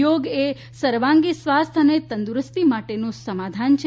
યોગ એ સર્વાંગી સ્વાસ્થ્ય અને તંદુરસ્તી માટેનું સમાધાન છે